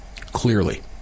Clearly